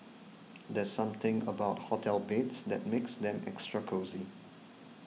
there's something about hotel beds that makes them extra cosy